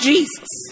Jesus